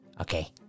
Okay